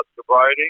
sobriety